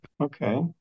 Okay